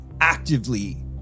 actively